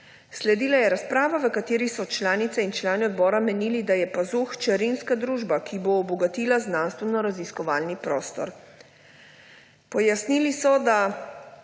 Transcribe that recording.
Sledila je razprava, v kateri so članice in člani odbora menili, da je PAZU hčerinska družba, ki bo obogatila znanstvenoraziskovalni prostor. Pojasnili so, da